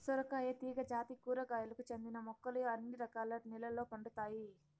సొరకాయ తీగ జాతి కూరగాయలకు చెందిన మొక్కలు అన్ని రకాల నెలల్లో పండుతాయి